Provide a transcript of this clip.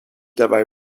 dabei